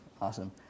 Awesome